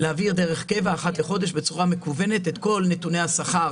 להעביר דרך קבע אחת לחודש בצורה מקוונת את כל נתוני השכר